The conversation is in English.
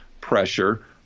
pressure